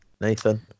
Nathan